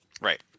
Right